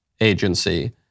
agency